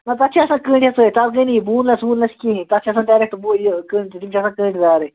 نہَ تَتھ چھِ آسان کٔنٛڈۍ ہٮ۪تھ سۭتۍ تَتھ گٔے نہٕ یہِ بونلٮ۪س وونلٮ۪س کِہیٖنٛۍ تَتھ چھِ آسان ڈَرٮ۪کٹہٕ بُہ یہِ کٔنٛڈۍ تِمن چھِ آسان کٔنٛڈۍ دارٕے